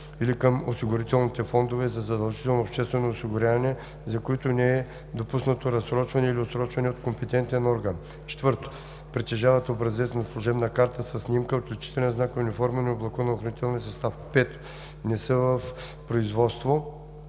или към осигурителните фондове за задължително обществено осигуряване, за които не е допуснато разсрочване или отсрочване от компетентния орган; 4. притежават образец на служебна карта със снимка, отличителен знак и униформено облекло на охранителния състав; 5. не са в производство